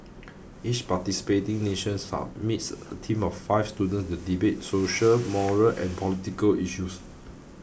each participating nation submits a team of five students to debate social moral and political issues